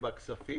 בבקשה.